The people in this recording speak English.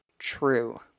true